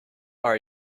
are